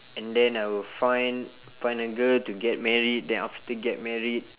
and then I will find find a girl to get married then after get married